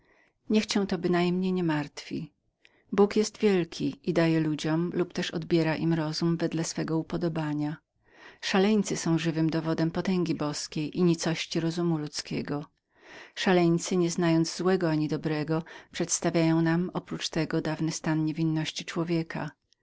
niech cię to bynajmniej nie martwi bóg jest wielkim i daje ludziom lub też odbiera im rozum wedle swego upodobania szaleńcy są żywym dowodem potęgi boskiej i nicości rozumu ludzkiego szaleńcy nie znając złego ani dobrego przedstawiają nam oprócz tego dawny stan niewinności człowieka